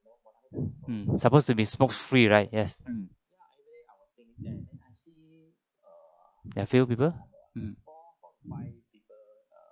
supposed to be smoke-free right yes mm ya few people mm